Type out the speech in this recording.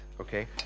okay